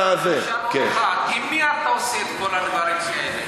אני אשאל אותך: עם מי אתה עושה את כל הדברים האלה?